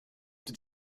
did